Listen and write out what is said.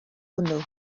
hwnnw